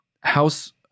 House